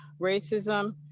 racism